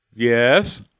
Yes